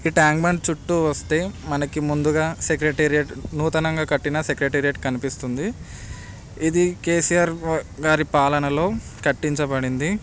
ఈ tank bund చుట్టూ వస్తే మనకి ముందుగా సెక్రటేరియట్ నూతనంగా కట్టిన సెక్రటేరియట్ కనిపిస్తుంది ఇది కేసీఆర్ గారి పాలనలో కట్టించబడింది